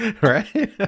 Right